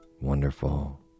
wonderful